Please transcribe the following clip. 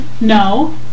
No